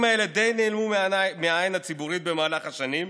האלה די נעלמו מהעין הציבורית במהלך השנים,